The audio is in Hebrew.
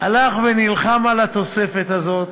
הלך ונלחם על התוספת הזאת,